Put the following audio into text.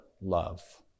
love